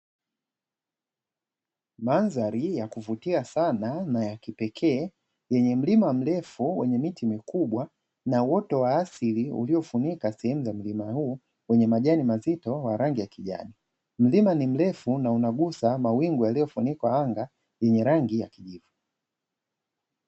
Mandhari ya kuvutia sana na ya kipekee kwenye mlima mrefu wenye miti mikubwa na wote wa asili, uliofunika sehemu za mlima huu kwenye majani mazito wa rangi ya kijani. Mlima ni mrefu na unagusa mawingu yaliyofunikwa anga yenye rangi ya kijivu.